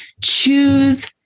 Choose